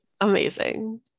Amazing